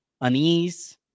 unease